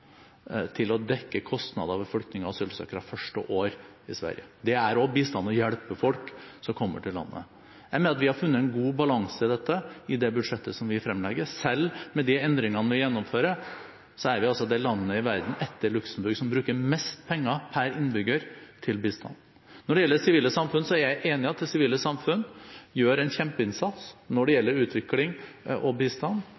til å dekke kostnader ved flyktningers og asylsøkeres første år i Sverige. Det er også bistand å hjelpe folk som kommer til landet. Jeg mener at vi har funnet en god balanse på dette i det budsjettet som vi fremlegger. Selv med de endringene vi gjennomfører, er vi det landet i verden etter Luxemburg som bruker mest penger per innbygger til bistand. Når det gjelder det sivile samfunn, er jeg enig i at det sivile samfunn gjør en kjempeinnsats innen utvikling og bistand.